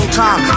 time